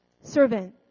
servant